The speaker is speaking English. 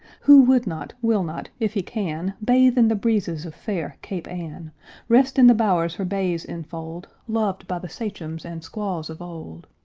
who would not, will not, if he can, bathe in the breezes of fair cape ann rest in the bowers her bays enfold, loved by the sachems and squaws of old?